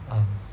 um